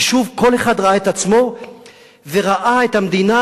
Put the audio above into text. כי כל אחד ראה את עצמו וראה את המדינה,